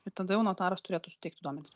ir tada jau notaras turėtų suteikti duomenis